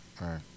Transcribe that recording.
Right